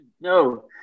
No